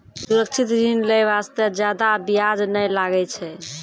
सुरक्षित ऋण लै बास्ते जादा बियाज नै लागै छै